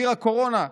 בירה קורונה,